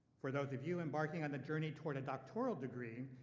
for those of you embarking on the journey toward a doctoral degree,